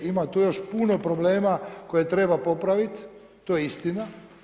Ima tu još puno problema koje treba popravit, to je istina.